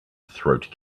throat